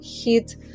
hit